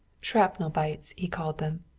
shrapnel bites, he called them.